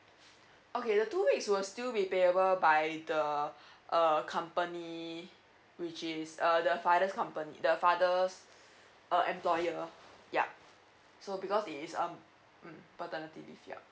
okay the two weeks will still be payable by the err company which is err the father's company the father's uh employer yup so because it is um mm paternity leave yup